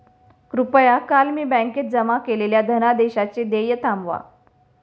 कृपया काल मी बँकेत जमा केलेल्या धनादेशाचे देय थांबवा